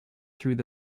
through